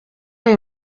aya